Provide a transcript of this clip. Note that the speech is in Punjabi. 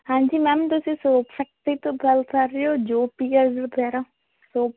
ਹਾਂਜੀ ਮੈਮ ਤੁਸੀਂ ਸੋਚ ਸਕਦੇ ਹੋ ਤੋ ਗੱਲ ਕਰ ਰਹੇ ਹੋ ਜੋ ਪੀਆਰ ਵਗੈਰਾ ਸੋ